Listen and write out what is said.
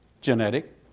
genetic